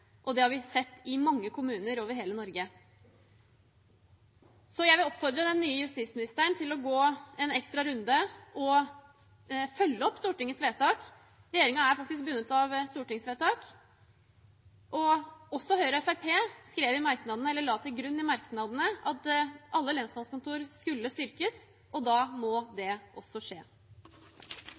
og det har vi sett i mange kommuner over hele Norge. Så jeg vil oppfordre den nye justisministeren til å gå en ekstra runde og følge opp Stortingets vedtak. Regjeringen er faktisk bundet av et stortingsvedtak. Også Høyre og Fremskrittspartiet la til grunn i merknadene at alle lensmannskontor skulle styrkes, og da må det også skje.